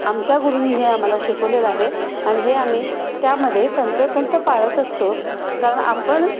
आमच्या गुरुनी हे आम्हाला शिकवलेलं आहे आणि हे आम्ही त्यामध्ये तंतोतंत पाळत असतो कारण आपण